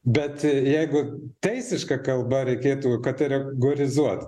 bet jeigu teisiška kalba reikėtų katere gorizuot